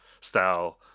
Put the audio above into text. style